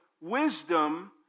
Wisdom